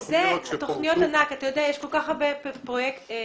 תוכניות ענק, יש כל כך הרבה חברות